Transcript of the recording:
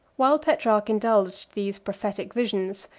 while petrarch indulged these prophetic visions,